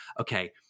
Okay